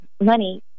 money